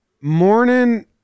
Morning